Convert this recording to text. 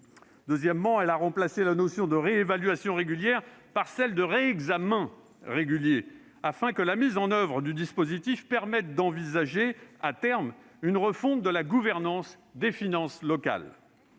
Deuxièmement, elle a remplacé la notion de « réévaluation régulière » par celle de « réexamen régulier », afin que la mise en oeuvre du dispositif permette d'envisager, à terme, une refonte de la gouvernance des finances locales.